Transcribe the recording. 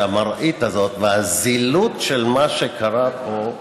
שהמראית הזאת והזילות של מה שקרה פה,